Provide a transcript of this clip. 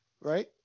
right